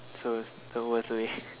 so it's the worst way